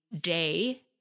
day